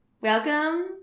Welcome